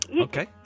Okay